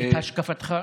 מה השקפתך,